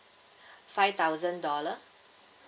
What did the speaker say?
five thousand dollar